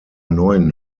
neuen